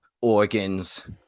organs